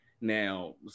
Now